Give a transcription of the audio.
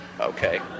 Okay